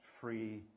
free